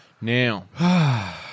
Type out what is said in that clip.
Now